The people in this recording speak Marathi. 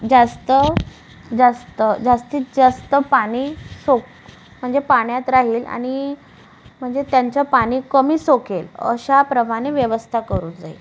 जास्त जास्त जास्तीत जास्त पानी सोक् म्हणजे पाण्यात राहील आणि म्हणजे त्यांचं पाणी कमी सोकेल अशाप्रमाणे व्यवस्था करून जाईल